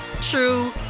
true